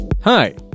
Hi